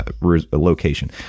location